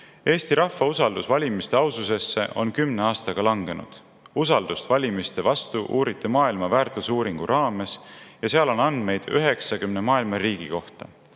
Eesti rahva usaldus valimiste aususesse on kümne aastaga langenud. Usaldust valimiste vastu uuriti Maailma väärtusuuringu (World Values Survey) raames, ja seal on andmeid 90 maailma riigi kohta.